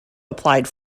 applied